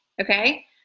Okay